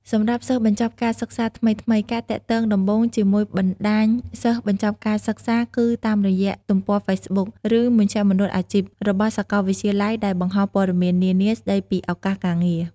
សម្រាប់សិស្សបញ្ចប់ការសិក្សាថ្មីៗ ការទាក់ទងដំបូងជាមួយបណ្តាញសិស្សបញ្ចប់ការសិក្សាគឺតាមរយៈទំព័រហ្វេសប៊ុក ឬ “មជ្ឈមណ្ឌលអាជីព” របស់សាកលវិទ្យាល័យដែលបង្ហោះព័ត៌មាននានាស្ដីពីឱកាសការងារ។